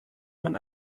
man